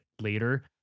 later